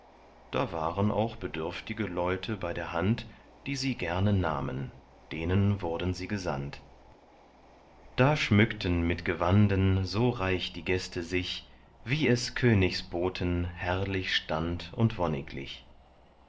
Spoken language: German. da waren auch bedürftige leute bei der hand die sie gerne nahmen denen wurden sie gesandt da schmückten mit gewanden so reich die gäste sich wie es königsboten herrlich stand und